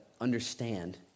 understand